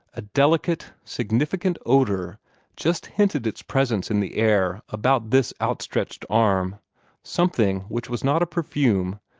a delicate, significant odor just hinted its presence in the air about this outstretched arm something which was not a perfume,